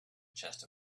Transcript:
chest